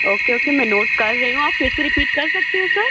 okay okay मैं note कर रही हूँ आप फिर से रिपीट कर सकते हैं सर